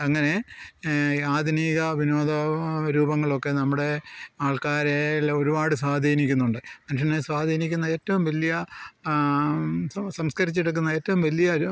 അങ്ങനെ ആധുനിക വിനോദ രൂപങ്ങളൊക്കെ നമ്മുടെ ആൾക്കാരെ എല്ലാം ഒരുപാട് സ്വാധീനിക്കുന്നുണ്ട് മനുഷ്യനെ സ്വാധീനിക്കുന്ന ഏറ്റവും വലിയ സംസ്കരിച്ചെടുക്കുന്ന ഏറ്റവും വലിയ ഒരു